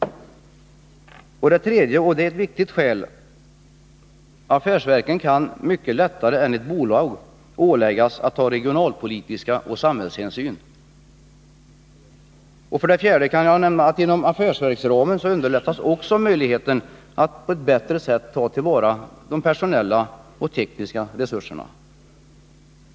För det tredje, ett viktigt skäl: Affärsverken kan mycket lättare än bolag åläggas att ta regionalpolitiska hänsyn och samhällshänsyn. För det fjärde kan jag nämna att inom affärsverkens ram underlättas också möjligheten att på ett bättre sätt ta till vara de personella och tekniska resurserna.